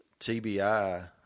TBI